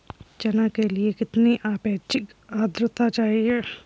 चना के लिए कितनी आपेक्षिक आद्रता चाहिए?